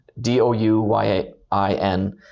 d-o-u-y-i-n